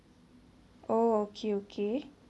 oh okay okay